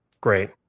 Great